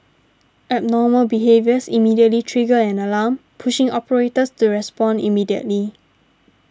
abnormal behaviours immediately trigger an alarm pushing operators to respond immediately